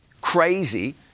crazy